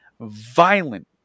violent